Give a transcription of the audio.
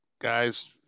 guys